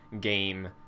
game